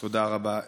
תודה רבה.